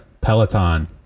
Peloton